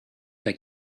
that